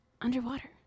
underwater